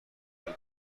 تونی